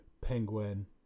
penguin